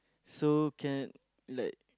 so can like